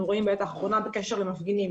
רואים בעת האחרונה בקשר למפגינים.